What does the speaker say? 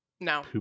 No